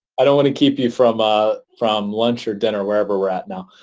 i don't want to keep you from ah from lunch or dinner, wherever we're at now.